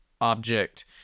object